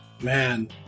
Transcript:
man